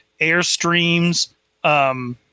airstreams